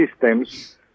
systems